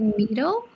needle